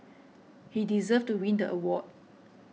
he deserved to win the award